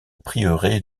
prieuré